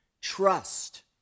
trust